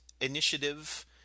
initiative